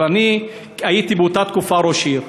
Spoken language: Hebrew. אבל הייתי באותה תקופה ראש עיר,